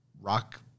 Rock